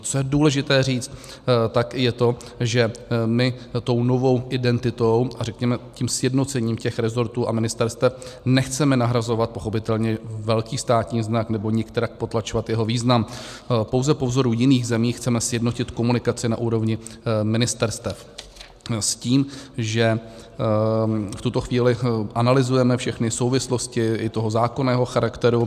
Co je důležité říct, je to, že my tou novou identitou a řekněme tím sjednocením resortů a ministerstev nechceme nahrazovat pochopitelně velký státní znak nebo nikterak potlačovat jeho význam, pouze po vzoru jiných zemí chceme sjednotit komunikaci na úrovni ministerstev s tím, že v tuto chvíli analyzujeme všechny souvislosti i zákonného charakteru.